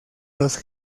los